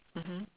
mmhmm